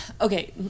okay